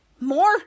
More